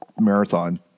marathon